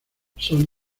sony